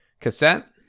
cassette